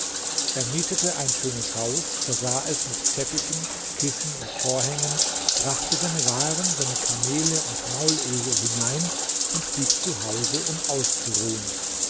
er mietete ein schönes haus versah es mit teppichen kissen und vorhängen brachte seine waren seine kamele und maulesel hinein und blieb zu hause um auszuruhen